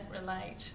relate